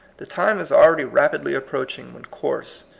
the time is already rap idly approaching when coarse,